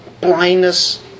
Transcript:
blindness